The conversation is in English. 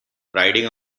riding